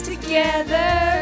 together